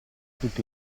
tutti